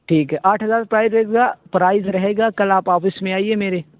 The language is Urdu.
ٹھیک ہے آٹھ ہزار پرائز پرائز رہے گا کل آپ آفس میں آئیے میرے